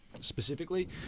specifically